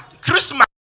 Christmas